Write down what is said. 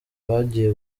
bagiye